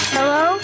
Hello